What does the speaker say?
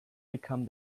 become